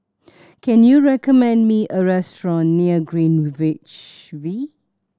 can you recommend me a restaurant near Greenwich V